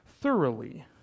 thoroughly